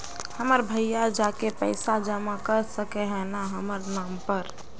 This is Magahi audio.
हमर भैया जाके पैसा जमा कर सके है न हमर नाम पर?